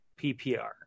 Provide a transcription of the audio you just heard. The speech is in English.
PPR